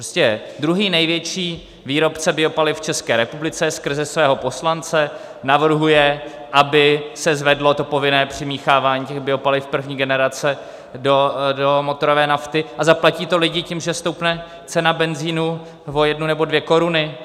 Prostě druhý největší výrobce biopaliv v České republice skrze svého poslance navrhuje, aby se zvedlo povinné přimíchávání biopaliv první generace do motorové nafty, a zaplatí to lidi tím, že stoupne cena benzinu o jednu nebo dvě koruny.